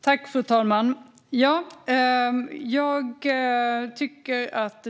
Fru talman!